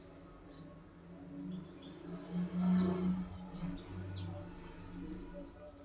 VDIS scheme ಇಂದಾ ದೇಶದ್ ಮಂದಿ ರೊಕ್ಕದ್ ಎಲ್ಲಾ ಮಾಹಿತಿ ಗೊತ್ತಾಗತ್ತ